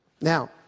Now